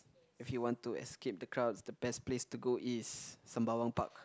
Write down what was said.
if you want to escape the crowds the best place to go is Sembawang Park